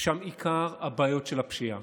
ששם עיקר הבעיות של הפשיעה.